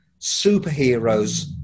superheroes